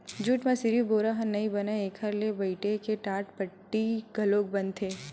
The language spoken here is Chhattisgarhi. जूट म सिरिफ बोरा ह नइ बनय एखर ले बइटे के टाटपट्टी घलोक बनथे